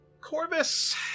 Corvus